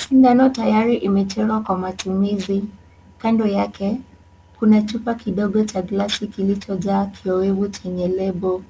Sindano tayari imechorwa kwa matumizi, kando yake kuna chupa kidogo cha glasi kilichojaa kiowevu chenye lebo.